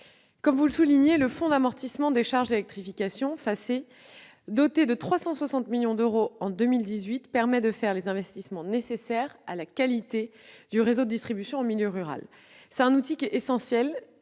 comme vous le soulignez, le Fonds d'amortissement des charges d'électrification, le FACÉ, doté de 360 millions d'euros en 2018, permet de réaliser les investissements nécessaires pour la qualité du réseau de distribution d'électricité en milieu rural. Cet outil essentiel